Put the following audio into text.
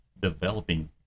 developing